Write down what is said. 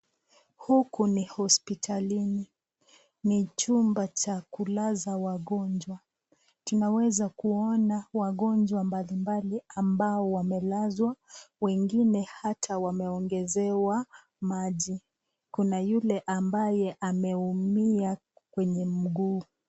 Huku ni hospitalini ,ni chumba cha kulaza wagonjwa ,tunaweza kuona wagonjwa mbalimbali ambao wamelazwa wengine hata wanaongezewa maji kuna yule ambaye ameumia kwenye mguu.